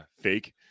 fake